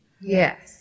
Yes